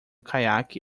caiaque